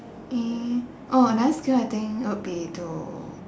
eh oh a nice kind of thing it will be to